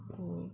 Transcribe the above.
mm